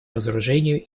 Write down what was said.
разоружению